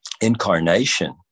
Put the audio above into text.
incarnation